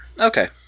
Okay